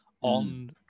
on